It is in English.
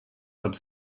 but